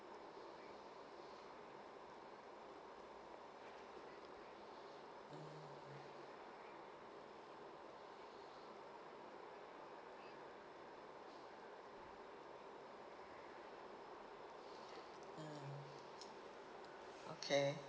mm okay